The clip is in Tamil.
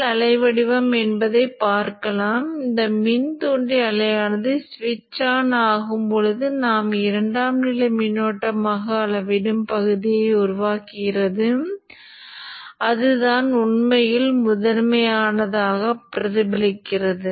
மற்றொரு கோணம் என்னவென்றால் R இல் உள்ள சக்திச் சிதறல் காந்த தூண்டலில் காந்தத்தில் சேமிக்கப்படும் ஆற்றல் 12 Lm I2max ஆகும்